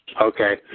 Okay